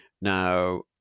Now